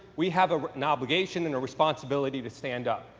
we have an obligation and a responsibility to stand up.